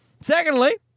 Secondly